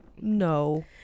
No